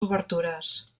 obertures